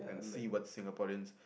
see what Singaporeans